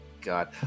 God